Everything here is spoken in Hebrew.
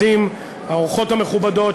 כמה הוטבעו על